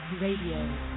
Radio